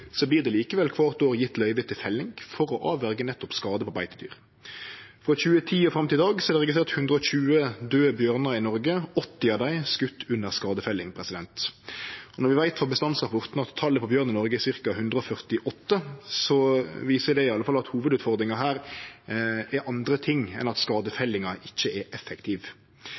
likevel kvart år gjeve løyve til felling for å avverje nettopp skade på beitedyr. Frå 2010 og fram til i dag er det registrert 120 døde bjørnar i Noreg, 80 av dei skutt under skadefelling. Når vi veit frå bestandsrapporten at talet på bjørn i Noreg er ca. 148, viser det i alle fall at hovudutfordringa her er andre ting enn at skadefellinga ikkje er effektiv.